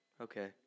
Okay